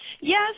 Yes